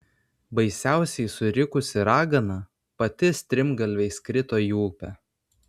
baisiausiai surikusi ragana pati strimgalviais krito į upę